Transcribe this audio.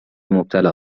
مبتلا